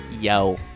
yo